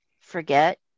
forget